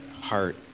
heart